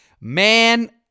man